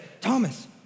Thomas